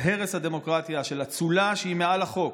הרס הדמוקרטיה של אצולה שהיא מעל החוק.